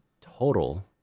total